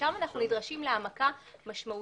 ושם אנחנו נדרשים להעמקה משמעותית.